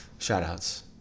shoutouts